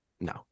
No